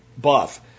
buff